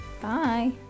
Bye